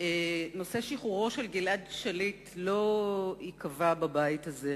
נושא שחרורו של גלעד שליט לא ייקבע בבית הזה,